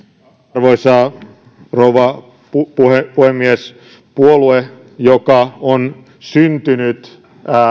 arvoisa rouva puhemies puolue joka on syntynyt